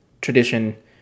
tradition